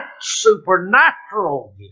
supernatural